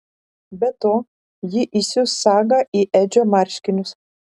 be to ji įsius sagą į edžio marškinius